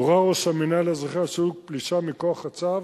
הורה ראש המינהל האזרחי על סילוק פלישה מכוח הצו